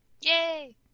Yay